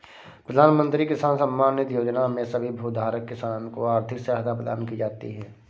प्रधानमंत्री किसान सम्मान निधि योजना में सभी भूधारक किसान को आर्थिक सहायता प्रदान की जाती है